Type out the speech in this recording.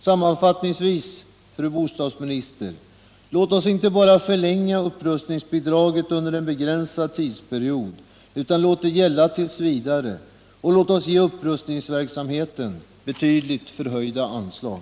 Sammanfattningsvis, fru bostadsminister: Låt oss inte bara förlänga upprustningsbidraget att gälla under en begränsad tidsperiod, utan låt möjligheten finnas t. v., och låt oss ge upprustningsverksamheten betydligt förhöjda anslag!